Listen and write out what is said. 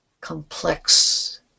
complex